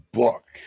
book